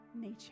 nature